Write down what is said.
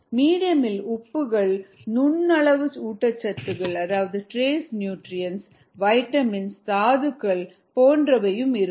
மீடியமில் உப்புகள் நுண்ணளவுஊட்டச்சத்துக்களான வைட்டமின்கள் தாதுக்கள் போன்றவை இருக்கும்